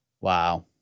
Wow